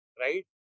right